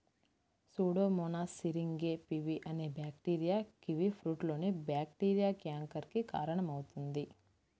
Pseudomonas syringae PV అనే bacteria కివీఫ్రూట్లోని bacteria canker కి కారణమవుతుంది